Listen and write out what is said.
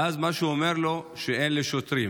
ואז הוא אמר לו שאין לו שוטרים.